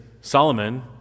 Solomon